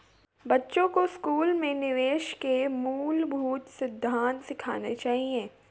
बच्चों को स्कूल में निवेश के मूलभूत सिद्धांत सिखाने चाहिए